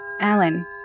Alan